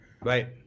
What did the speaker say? right